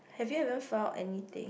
have you even found anything